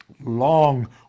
long